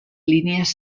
línies